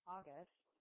August